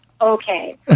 okay